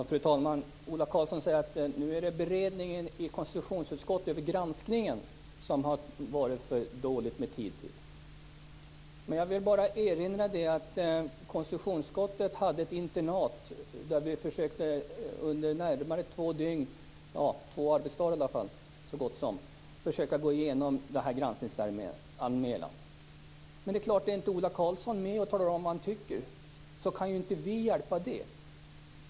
Fru talman! Ola Karlsson säger nu att det varit för dåligt med tid till beredningen i konstitutionsutskottet vid granskningen. Jag vill erinra om att konstitutionsutskottet hade ett internat där vi under två arbetsdagar försökte gå igenom denna granskningsanmälan. Om inte Ola Karlsson är med och talar om vad han tycker kan inte vi hjälpa det.